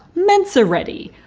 mensa ready.